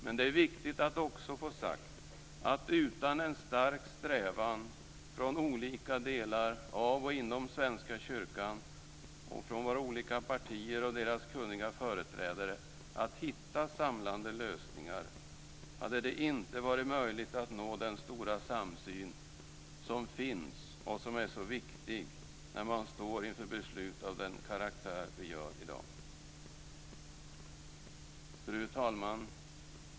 Men det är viktigt att också få sagt att utan en stark strävan från olika delar av och inom Svenska kyrkan och från våra olika partier och deras kunniga företrädare att hitta samlande lösningar hade det inte varit möjligt att nå den stora samsyn som finns och som är så viktig när man står inför beslut av den karaktär vi gör i dag. Fru talman!